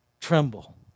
tremble